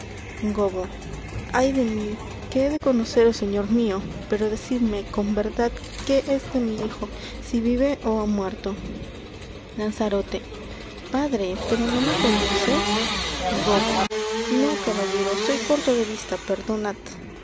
ay de mí qué he de conoceros señor mio pero decidme con verdad qué es de mi hijo si vive ó ha muerto lanzarote padre pero no me conoces gobbo no caballero soy corto de vista perdonad